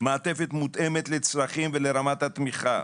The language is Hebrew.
מעטפת מותאמת לצרכים ולרמת התמיכה.